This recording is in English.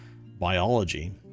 biology